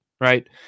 right